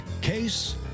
case